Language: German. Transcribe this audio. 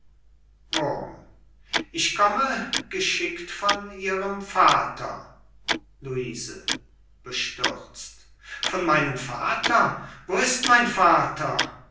ich komme geschickt von ihrem vater luise bestürzt von meinem vater wieder ist mein vater